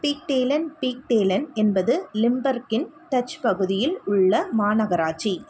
Beekdaelen Beekdaelen என்பது லிம்பர்கின் Dutch பகுதியில் உள்ள மாநகராட்சி